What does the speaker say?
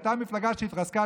הייתה מפלגה שהתרסקה,